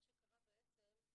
מה שקרה בעצם,